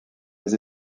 les